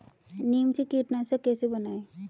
नीम से कीटनाशक कैसे बनाएं?